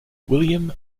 william